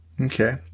Okay